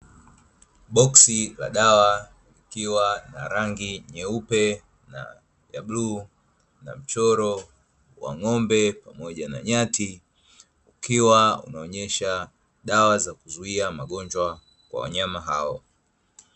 Boksi la dawa likiwa na rangi nyeupe na bluu na mchoro wa ng'ombe pamoja na nyati, ukiwa unaonyesha dawa za kuzuia magonjwa kwa wanyama hao.